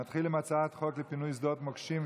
נתחיל עם הצעת חוק לפינוי שדות מוקשים,